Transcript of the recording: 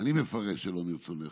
אני מפרש שלא מרצונך,